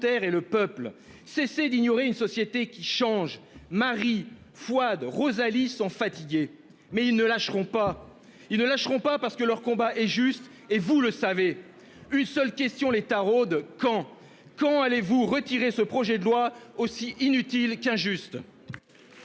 et le peuple, cessez d'ignorer une société qui change ! Marie, Fouad, Rosalie, sont fatigués, mais ils ne lâcheront pas. Ils ne lâcheront pas, parce que leur combat est juste- et vous le savez. Une seule question les taraude : quand ? Quand allez-vous retirer ce projet de loi aussi inutile qu'injuste ?